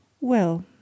Well